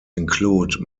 include